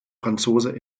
franzose